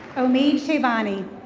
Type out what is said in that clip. omied shayvani.